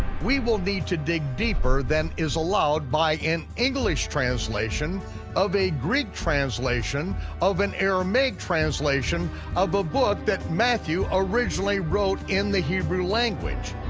we will need to dig deeper than is allowed by an english translation of a greek translation of an aramaic translation of a book that matthew originally wrote in the hebrew language.